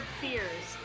fears